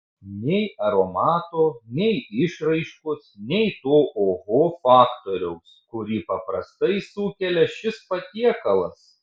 nei aromato nei išraiškos nei to oho faktoriaus kurį paprastai sukelia šis patiekalas